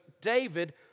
David